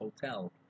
hotel